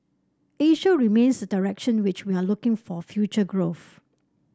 Asia remains direction which we are looking for future growth